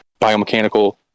biomechanical